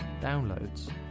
downloads